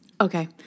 Okay